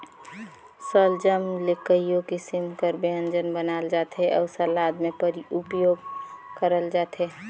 सलजम ले कइयो किसिम कर ब्यंजन बनाल जाथे अउ सलाद में उपियोग करल जाथे